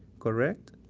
correct?